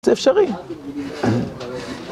זה אפשרי